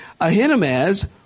Ahinamaz